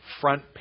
front